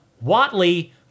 Watley